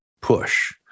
push